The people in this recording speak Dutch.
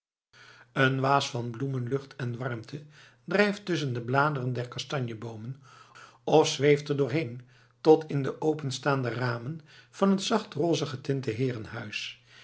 een waas van bloemenlucht en warmte drijft tusschen de bladeren der kastanjeboomen of zweeft er doorheen tot in de openstaande ramen van het zacht rose getinte heerenhuis in